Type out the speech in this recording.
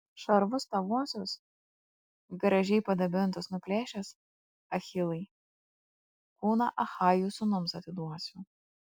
šarvus tavuosius gražiai padabintus nuplėšęs achilai kūną achajų sūnums atiduosiu